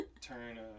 turn